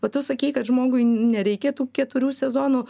va tu sakei kad žmogui nereikėtų keturių sezonų